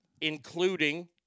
including